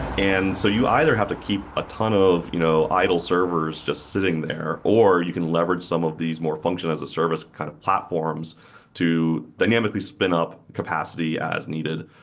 and so you either have to keep a ton of you know idle servers just sitting there or you can leverage some of these more function as a service kind of platforms to dynamically spin up capacity as needed.